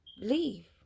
leave